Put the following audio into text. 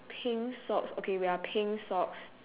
pink socks okay wait ah pink socks